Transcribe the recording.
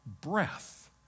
breath